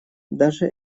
даже